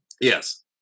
Yes